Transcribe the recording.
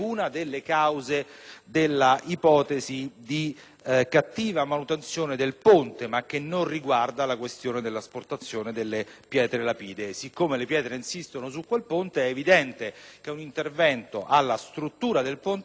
delle cause della cattiva manutenzione del ponte, ma che non riguarda la questione dell'asportazione delle pietre lapidee. Dal momento che le pietre insistono su quel ponte, è evidente che un intervento alla struttura del ponte stesso è anch'esso